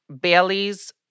Bailey's